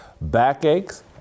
backaches